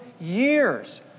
years